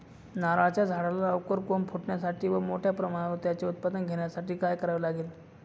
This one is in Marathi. नारळाच्या झाडाला लवकर कोंब फुटण्यासाठी व मोठ्या प्रमाणावर त्याचे उत्पादन घेण्यासाठी काय करावे लागेल?